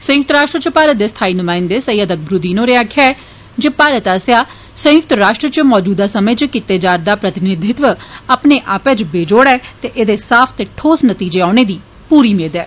संयुक्त राश्ट्र च भारत दे स्थाई नुमायंदे सईद अकबरूद्दीन होरें आक्खेआ ऐ जे भारत आस्सेआ संयुक्त राश्ट्र च मजूद समें च कीता जा'रदा प्रतिनिधित्व अपने आपै च बेजोड़ ऐ ते एह्दे साफ ते ठोस नतीजे औने दी पूरी मेद ऐ